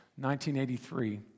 1983